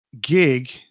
gig